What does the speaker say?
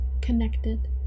connected